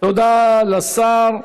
תודה לשר.